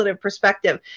perspective